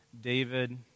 David